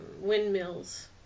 windmills